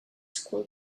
school